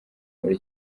muri